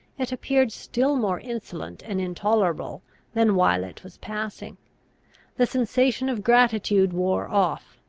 it appeared still more insolent and intolerable than while it was passing the sensation of gratitude wore off,